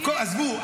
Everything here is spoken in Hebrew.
עזבו,